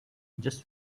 just